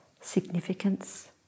significance